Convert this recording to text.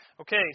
Okay